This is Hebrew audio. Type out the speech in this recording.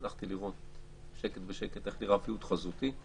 הלכתי לראות בשקט בשקט איך נראה מפגש חזותי,